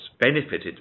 benefited